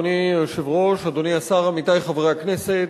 אדוני היושב-ראש, אדוני השר, עמיתי חברי הכנסת,